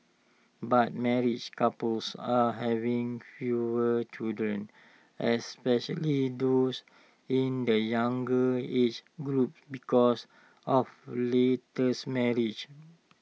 but married couples are having fewer children especially those in the younger age groups because of laters marriages